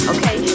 Okay